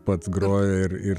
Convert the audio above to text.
pats groja ir ir